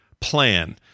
plan